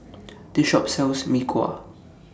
This Shop sells Mee Kuah